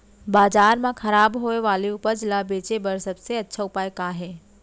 बाजार मा खराब होय वाले उपज ला बेचे बर सबसे अच्छा उपाय का हे?